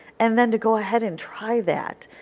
and then to go ahead and try that.